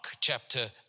chapter